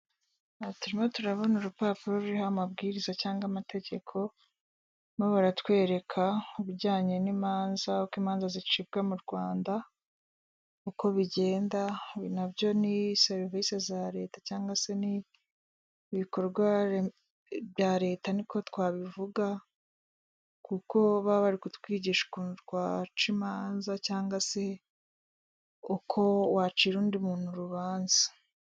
Aha turimo turabona urupapuro ruriho amabwiriza cyangwa amategeko, barimo baratwereka ubijyanye n'imanza, uko imanza zicibwa mu Rwanda, uko bigenda, ibi na byo ni serivisi za leta cyangwa se ni ibikorwa bya leta niko twabivuga, kuko baba bari kutwigisha ukuntu twaca imanza cyangwa se uko wacira undi muntu urubanza.